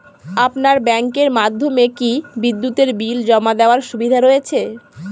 আপনার ব্যাংকের মাধ্যমে কি বিদ্যুতের বিল জমা দেওয়ার সুবিধা রয়েছে?